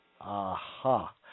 Aha